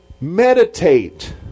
meditate